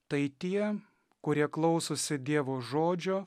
tai tie kurie klausosi dievo žodžio